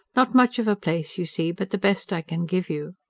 not much of a place, you see, but the best i can give you.